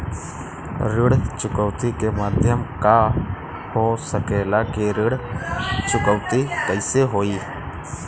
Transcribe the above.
ऋण चुकौती के माध्यम का हो सकेला कि ऋण चुकौती कईसे होई?